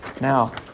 Now